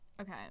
Okay